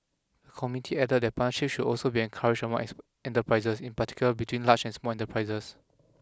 committee added that partnership should also be encouraged among enterprises in particular between large and small enterprises